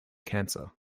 cancer